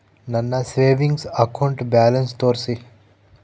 ನನ್ನ savings account balance ತೋರಿಸಿ?